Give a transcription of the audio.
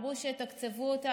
אמרו שיתקצבו אותה.